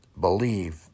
believe